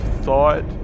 thought